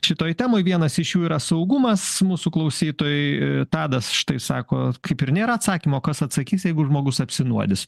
šitoj temoj vienas iš jų yra saugumas mūsų klausytojui ė tadas štai sako kaip ir nėra atsakymo kas atsakys jeigu žmogus apsinuodys